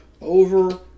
over